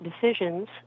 decisions